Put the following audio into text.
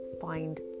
find